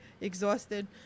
exhausted